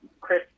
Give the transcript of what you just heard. Chris